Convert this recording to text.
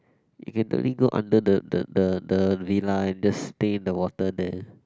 you can totally go under the the the the villa and just stay in the water there